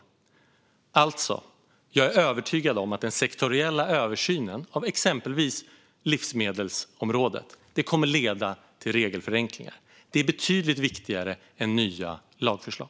Jag är alltså övertygad om att den sektoriella översynen av exempelvis livsmedelsområdet kommer att leda till regelförenklingar. Det är betydligt viktigare än nya lagförslag.